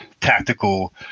tactical